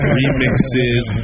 remixes